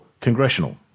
Congressional